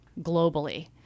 globally